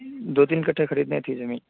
دو تین کٹا خریدنی تھی زمین